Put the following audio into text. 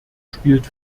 spielt